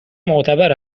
معتبر